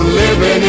living